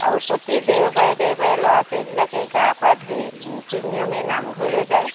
আৰু প্ৰতি দেওবাৰে দেওবাৰে ল'ৰা ছোৱালীবিলাকে গা পা ধুই নীতি নিয়মেৰে নামঘৰলৈ যায়